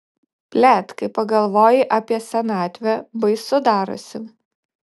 blet kai pagalvoji apie senatvę baisu darosi